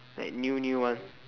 like new new one